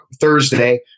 Thursday